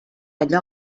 allò